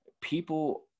people